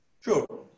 Sure